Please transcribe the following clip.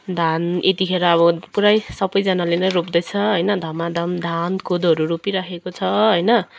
धान यतिखेर अब पुरै सबैजनाले नै रोप्दैछ होइन धमाधम धान कोदोहरू रोपिराखेको छ होइन